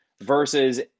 versus